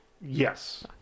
Yes